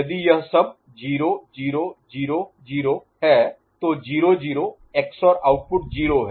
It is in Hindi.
यदि यह सब 0 0 0 0 है तो 0 0 XOR आउटपुट 0 है